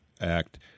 Act